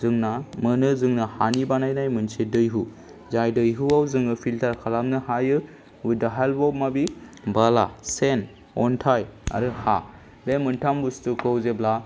जोंना मोनो जोंनो हानि बानायनाय मोनसे दैहु जाय दैहुआव जोङो फिल्टार खालामनो हायो विथ दा हेल्प अफ माबे बाला सेन्ड अन्थाइ आरो हा बे मोनथाम बुस्तुखौ जेब्ला